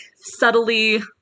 subtly